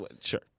Sure